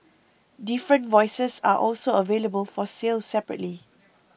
different voices are also available for sale separately